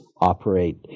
operate